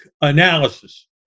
analysis